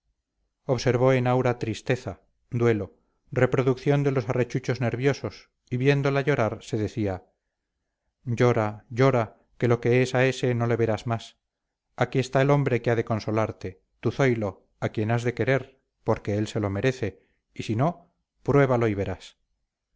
observó en aura tristeza duelo reproducción de los arrechuchos nerviosos y viéndola llorar se decía llora llora que lo que es a ese no le verás más aquí está el hombre que ha de consolarte tu zoilo a quien has de querer porque él se lo merece y si no pruébalo y verás